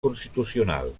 constitucional